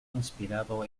inspirado